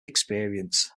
experience